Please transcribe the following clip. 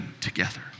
together